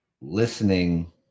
listening